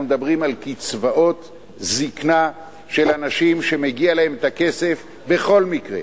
אנחנו מדברים על קצבאות זיקנה של אנשים שמגיע להם הכסף בכל מקרה.